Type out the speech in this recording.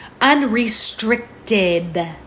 Unrestricted